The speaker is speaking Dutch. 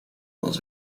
als